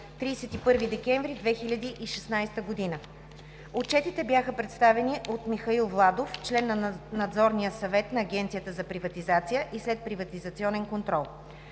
31 декември 2016 г. Отчетите бяха представени от Михаил Владов – член на Надзорния съвет на Агенцията за приватизация и следприватизационен контрол.